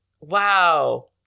Wow